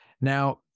Now